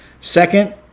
second,